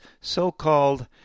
so-called